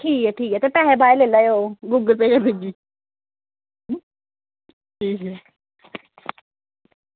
एह् ठीक ऐ ठीक ऐ बीर जी पैसे बाद च लेई लैयो गूगल पे करी ओड़गी ठीक ऐ